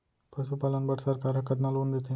पशुपालन बर सरकार ह कतना लोन देथे?